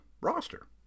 roster